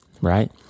Right